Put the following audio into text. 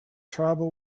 tribal